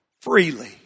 Freely